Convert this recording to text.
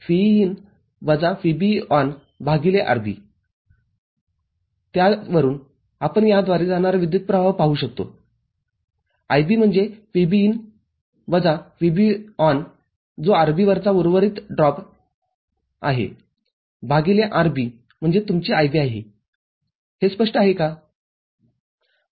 IB Vin - VBERB त्यावरूनआपण याद्वारे जाणारा विद्युत् प्रवाह पाहु शकतो IB म्हणजे Vin वजा VBE जो RB वरचा उर्वरित ड्रॉप आहे भागिले RB म्हणजे तुमची IB आहे हे स्पष्ट आहे का